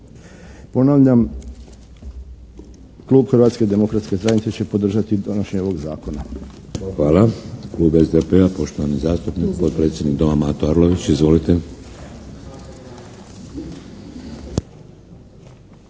Ponavljam, klub Hrvatske demokratske zajednice će podržati donošenje ovog zakona. Hvala. **Šeks, Vladimir (HDZ)** Klub SDP-a poštovani zastupnik, potpredsjednik Doma Mato Arlović. Izvolite.